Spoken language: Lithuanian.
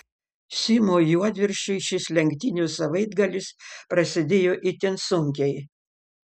simui juodviršiui šis lenktynių savaitgalis prasidėjo itin sunkiai